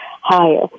higher